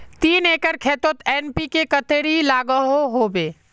तीन एकर खेतोत एन.पी.के कतेरी लागोहो होबे?